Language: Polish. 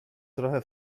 trochę